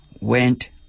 went